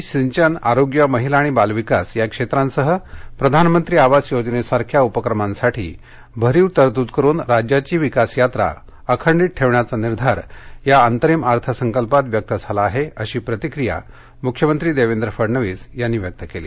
शेती सिंचन आरोग्य महिला आणि बाल विकास या क्षेत्रांसह प्रधानमंत्री आवास योजनेसारख्या लोककल्याणकारी उपक्रमांसाठी भरीव तरतूद करुन राज्याची विकासयात्रा अखंडित ठेवण्याचा निर्धार या अंतरिम अर्थसंकल्पात व्यक्त झाला आहे अशी प्रतिक्रिया मुख्यमंत्री देवेंद्र फडणवीस यांनी व्यक्त केली